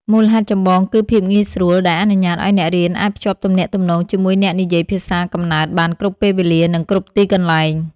មូលហេតុចម្បងគឺភាពងាយស្រួល ដែលអនុញ្ញាតឱ្យអ្នករៀនអាចភ្ជាប់ទំនាក់ទំនងជាមួយអ្នកនិយាយភាសាកំណើតបានគ្រប់ពេលវេលា និងគ្រប់ទីកន្លែង។